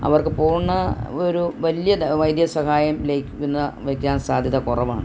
അവർക്ക് പൂർണ്ണ ഒരു വലിയ വൈദ്യ സഹായം ലഭിക്കുന്ന വയ്ക്കാൻ സാധ്യത കുറവാണ്